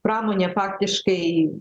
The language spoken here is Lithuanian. pramonė faktiškai